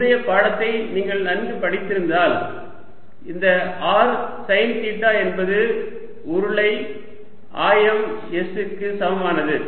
முந்தைய பாடத்தை நீங்கள் நன்கு படித்திருந்தால் இந்த r சைன் தீட்டா என்பது உருளை ஆயம் s க்கு சமமானதாகும்